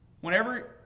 whenever